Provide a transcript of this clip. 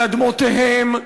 על אדמותיהם,